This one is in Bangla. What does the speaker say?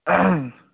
অ্যাহ